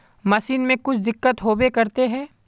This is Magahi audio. मशीन में कुछ दिक्कत होबे करते है?